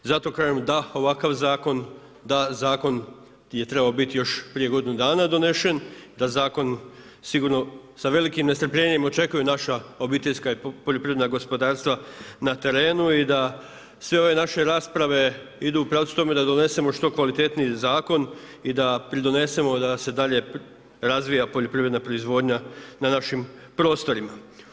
I zato kažem da ovakav zakon, da zakon je trebao biti još prije godinu dana donesen, da zakon sigurno sa velikim nestrpljenjem očekuju naša obiteljska poljoprivredna gospodarstva na terenu i da sve ove naše rasprave idu u pravcu tome da donesemo što kvalitetniji zakon i da pridonesemo da se dalje razvija poljoprivredna proizvodnja na našim prostorima.